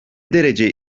derece